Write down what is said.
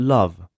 Love